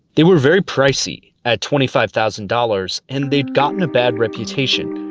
they were very pricey at twenty five thousand dollars, and they'd gotten a bad reputation.